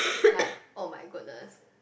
like oh my goodness